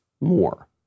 more